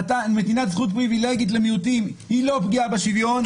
נתינת זכות פריבילגית למיעוטים היא לא פגיעה בשוויון,